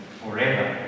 forever